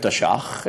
בתש"ח,